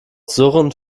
surrend